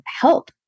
help